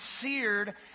seared